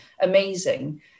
amazing